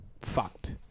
fucked